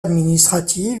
administratif